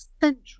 central